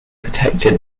protected